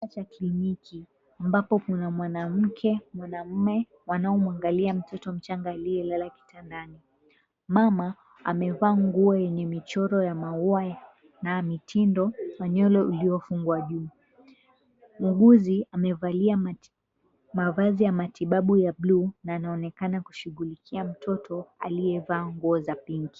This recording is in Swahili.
Chumba cha kliniki ambapo kuna mwanamke, mwanamme, wanaomwangalia mtoto mchanga aliyelala kitandani. Mama amevaa nguo yenye michoro ya maua na mitindo na unywele uliofungwa juu. Muuguzi amevalia mavazi ya matibabu ya buluu na anaonekana kushughulikia mtoto aliyevaa nguo za pinki.